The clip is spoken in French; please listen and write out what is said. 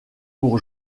pour